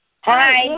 Hi